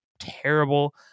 terrible